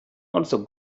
also